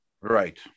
Right